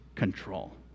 control